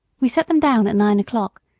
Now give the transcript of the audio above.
we set them down at nine o'clock,